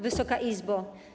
Wysoka Izbo!